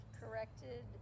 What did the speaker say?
corrected